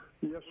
Yes